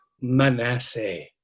Manasseh